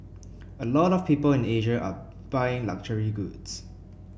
a lot of people in Asia are buying luxury goods